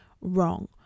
wrong